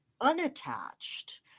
unattached